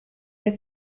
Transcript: der